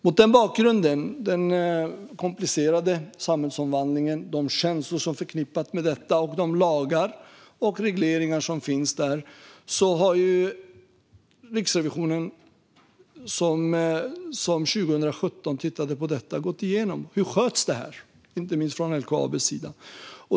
Mot bakgrund av den komplicerade samhällsomvandlingen, de känslor som är förknippade med detta och de lagar och regleringar som finns har Riksrevisionen, som 2017 tittade på det hela, gått igenom hur det här sköts, inte minst från LKAB:s sida.